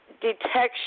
detection